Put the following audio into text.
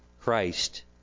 christ